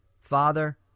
father